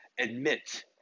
admit